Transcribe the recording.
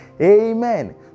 Amen